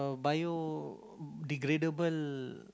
biodegradable